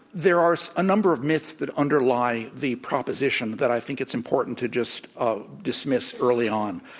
there are a number of myths that underlie the proposition that i think it's important to just ah dismiss early on.